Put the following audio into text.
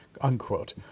unquote